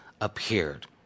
appeared